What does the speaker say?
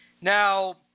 Now